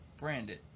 Brandit